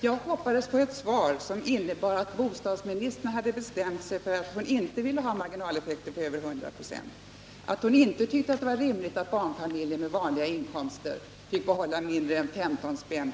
Jag hoppades på ett svar som innebar att bostadsministern hade bestämt sig för att hon inte ville ha marginaleffekter på över 100 96, att hon inte tyckte att det var rimligt att barnfamiljer med vanliga inkomster fick behålla mindre än 15 kr.